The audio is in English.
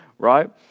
Right